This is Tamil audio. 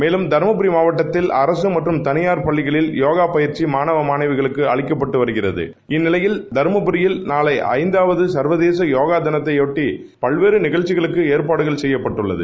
மேலம் தருமடரி மாவட்டத்தில் அரச மற்றும் தனியார் பள்ளிகளில் யோகா பயிற்சி மாணவமாணிவயருக்கு அளிக்கப்பட்டு வருகிறது இந்நிலையில் தருமபரியில நாளை ஐந்தாவது சர்வதேச போகா தினத்தைபொட்டி பல்வேறு நிகழ்ச்சிகளுக்கு ஏற்பாடுகள் செய்யப்பட்டுள்ளன